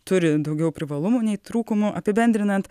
turi daugiau privalumų nei trūkumų apibendrinant